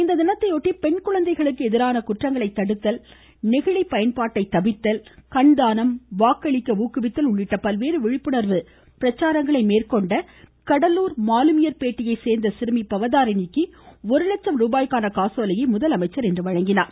இத்தினத்தையொட்டி பெண்குழந்தைகளுக்கு எதிரான குற்றங்களை தடுத்தல் நெகிழி பயன்பாட்டை தவிர்த்தல் கண்தானம் வாக்களிக்க ஊக்குவித்தல் உள்ளிட்ட பல்வேறு விழிப்புணர்வு பிரச்சாரங்களை மேற்கொண்ட கடலூர் மாலுமியர் பேட்டையை சோ்ந்த சிறுமி பவதாரணிக்கு ஒரு லட்சம் ரூபாய்க்கான காசோலையை முதலமைச்சா் இன்று வழங்கினார்